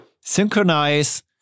synchronize